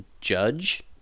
judge